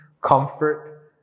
comfort